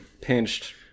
pinched